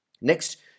Next